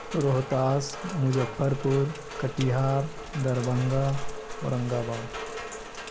روحتاس مجفرپور کٹہار دربنگہ اورنگ آباد